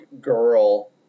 girl